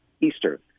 Easter